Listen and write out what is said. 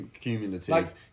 cumulative